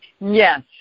Yes